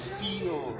feel